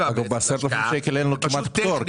ב-10,000 ₪ אין לו כמעט פטור.